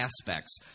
aspects